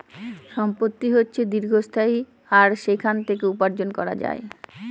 সম্পত্তি হচ্ছে দীর্ঘস্থায়ী আর সেখান থেকে উপার্জন করা যায়